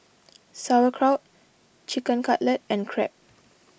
Sauerkraut Chicken Cutlet and Crepe